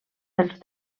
dels